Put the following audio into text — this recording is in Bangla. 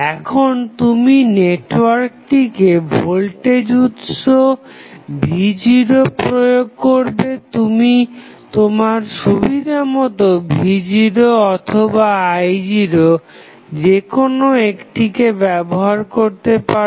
এখন তুমি নেটওয়ার্কটিকে ভোল্টেজ উৎস v0 প্রয়োগ করবে তুমি তোমার সুবিধামত v0 অথবা i0 যেকোনো একটিকে ব্যবহার করতে পারো